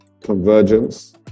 Convergence